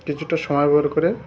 কিছুটা সময় বের করে